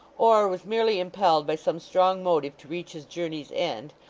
or was merely impelled by some strong motive to reach his journey's end,